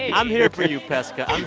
i'm here for you, pesca. i'm